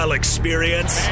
experience